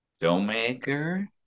filmmaker